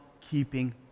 keeping